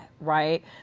right